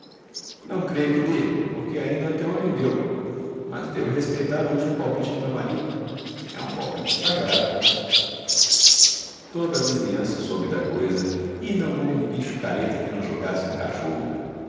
não creio que dê porque ainda anteontem deu mas devo respeitar o último palpite do meu marido é um palpite sagrado toda a vizinhança soube da coisa e não houve bicho careta que não jogasse no cachorro